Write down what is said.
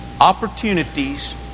opportunities